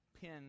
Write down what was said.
pin